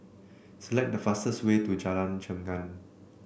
select the fastest way to Jalan Chengam